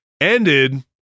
ended